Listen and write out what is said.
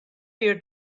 your